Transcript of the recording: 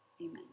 Amen